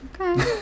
Okay